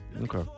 Okay